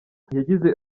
yagize